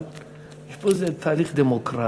אבל יש פה איזה תהליך דמוקרטי,